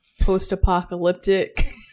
post-apocalyptic